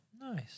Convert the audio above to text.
Nice